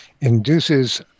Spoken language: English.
induces